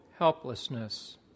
Helplessness